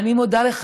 ואני מודה לך,